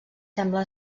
sembla